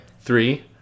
Three